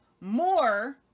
more